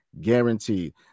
guaranteed